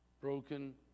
Broken